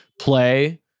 play